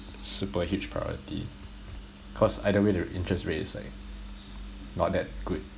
super huge priority cause either way the interest rate is like not that good